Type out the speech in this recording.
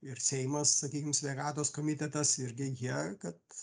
ir seimas sakykim sveikatos komitetas irgi jie kad